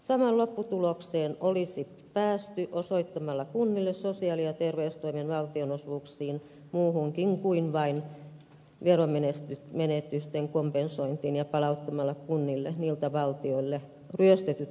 samaan lopputulokseen olisi päästy osoittamalla kunnille rahaa sosiaali ja terveystoimen valtionosuuksiin muuhunkin kuin vain veromenetysten kompensointiin ja palauttamalla kunnille niiltä valtiolle ryöstetyt asiakasmaksutulojen korotukset